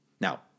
Now